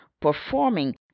performing